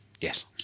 Yes